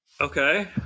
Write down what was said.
Okay